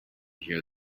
here